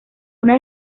una